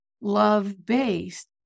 love-based